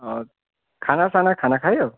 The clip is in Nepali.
हजुर खानासाना खाना खायो